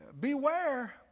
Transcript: Beware